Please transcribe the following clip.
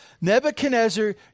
Nebuchadnezzar